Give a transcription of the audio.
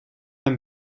een